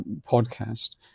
podcast